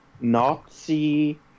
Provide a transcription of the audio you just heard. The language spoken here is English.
Nazi